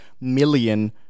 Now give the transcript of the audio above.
million